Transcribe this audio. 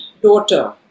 daughter